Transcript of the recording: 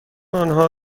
آنها